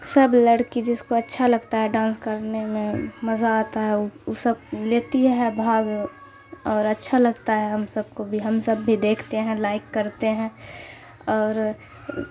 سب لڑکی جس کو اچھا لگتا ہے ڈانس کرنے میں مزہ آتا ہے او سب لیتی ہے بھاگ اور اچھا لگتا ہے ہم سب کو بھی ہم سب بھی دیکھتے ہیں لائک کرتے ہیں اور